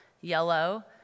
yellow